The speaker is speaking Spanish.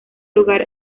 lugar